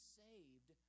saved